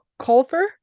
Colfer